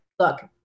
look